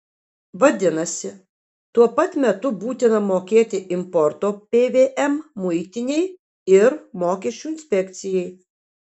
vadinasi tuo pat metu būtina mokėti importo pvm muitinei ir mokesčių inspekcijai